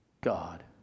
God